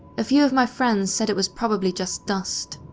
a few of my friends said it was probably just dust.